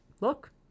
look